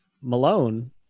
Malone